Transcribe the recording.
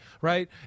right